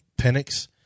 Penix